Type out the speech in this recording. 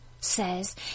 says